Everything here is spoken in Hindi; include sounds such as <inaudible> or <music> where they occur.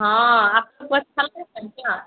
हाँ आपके पास <unintelligible> क्या